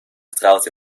getrouwd